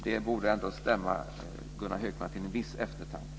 Det borde ändå stämma Gunnar Hökmark till viss eftertanke.